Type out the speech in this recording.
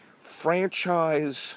franchise